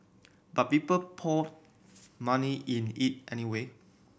but people poured money in it anyway